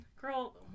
Girl